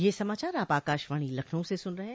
ब्रे क यह समाचार आप आकाशवाणी लखनऊ से सुन रहे हैं